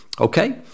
Okay